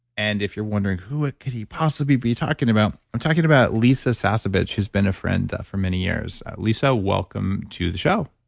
and if you're wondering who could he possibly be talking about? i'm talking about lisa sasevich who's been a friend for many years. lisa, welcome to the show.